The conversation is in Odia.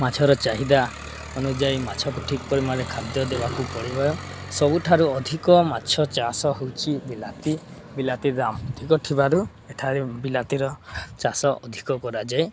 ମାଛର ଚାହିଦା ଅନୁଯାୟୀ ମାଛକୁ ଠିକ୍ ପରିମାଣରେ ଖାଦ୍ୟ ଦେବାକୁ ପଡ଼ିବ ସବୁଠାରୁ ଅଧିକ ମାଛ ଚାଷ ହେଉଛି ବିଲାତି ବିଲାତି ଦାମ ଅଧିକ ଥିବାରୁ ଏଠାରେ ବିଲାତିର ଚାଷ ଅଧିକ କରାଯାଏ